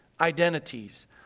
identities